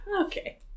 Okay